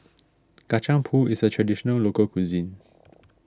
Kacang Pool is a Traditional Local Cuisine